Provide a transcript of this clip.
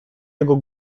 jego